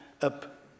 up